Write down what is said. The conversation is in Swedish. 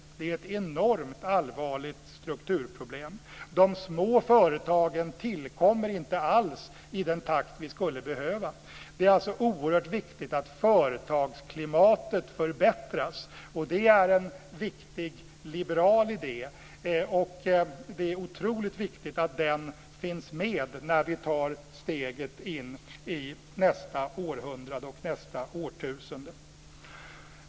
Detta är ett enormt allvarligt strukturproblem. De små företagen tillkommer inte alls i den takt som skulle behövas. Det är alltså oerhört viktigt att företagsklimatet förbättras. Detta är en viktig liberal idé och det är otroligt viktigt att den finns med när vi tar steget in i nästa århundrade och nästa årtusende.